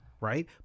right